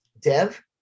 Dev